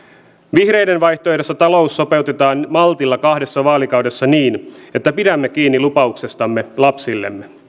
vihreiden vaihtoehdossa talous sopeutetaan maltilla kahdessa vaalikaudessa niin että pidämme kiinni lupauksestamme lapsillemme